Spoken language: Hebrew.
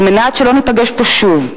על מנת שלא ניפגש פה שוב,